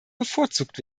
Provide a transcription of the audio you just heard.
bevorzugt